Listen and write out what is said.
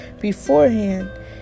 beforehand